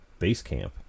Basecamp